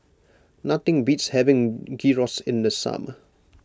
nothing beats having Gyros in the summer